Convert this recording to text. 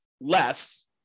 less